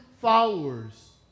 followers